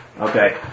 Okay